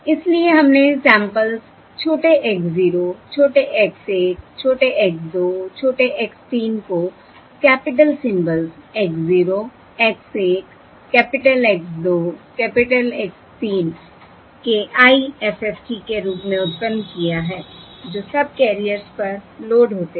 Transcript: इसलिए हमने सैंपल्स छोटे x 0 छोटे x 1 छोटे x 2 छोटे x 3 को capital symbols X 0 X 1 capital X 2 capital X 3 के IFFT के रूप में उत्पन्न किया है जो सबकैरियर्स पर लोड होते हैं